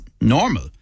normal